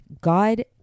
God